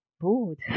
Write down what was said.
bored